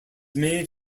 made